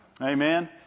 Amen